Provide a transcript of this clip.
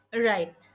Right